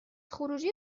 خروجی